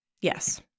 Yes